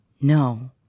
No